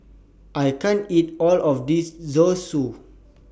I can't eat All of This Zosui